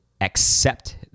accept